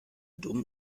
dumm